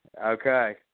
Okay